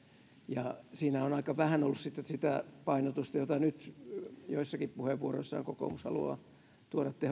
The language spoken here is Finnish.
ja siinä on aika vähän ollut sitten sitä painotusta jota nyt joissakin puheenvuoroissaan kokoomus haluaa tuoda